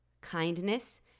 kindness